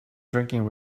drinking